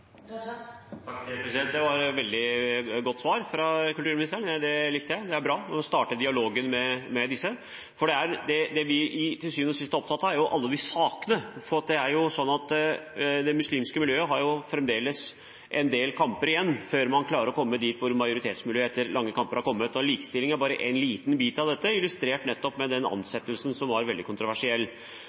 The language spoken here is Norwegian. Det var et veldig godt svar fra kulturministeren, det likte jeg. Det er bra at man vil starte dialogen med disse. Det vi til syvende og sist er opptatt av, er alle sakene, for det muslimske miljøet har fremdeles en del kamper igjen å kjempe før man klarer å komme dit hvor majoritetsmiljøet etter lange kamper har kommet. Likestilling er bare en liten bit av dette, illustrert ved den ansettelsen som var veldig kontroversiell.